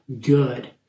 good